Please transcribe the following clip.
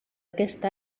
aquest